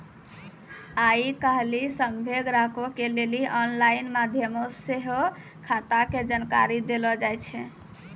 आइ काल्हि सभ्भे ग्राहको के लेली आनलाइन माध्यमो से सेहो खाता के जानकारी देलो जाय छै